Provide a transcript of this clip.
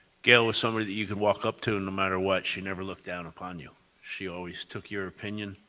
gail was somebody that you could walk up to and no matter what, she never looked down upon you. she always took your opinion,